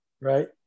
Right